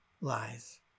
lies